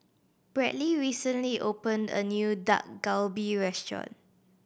Bradly recently opened a new Dak Galbi Restaurant